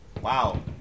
Wow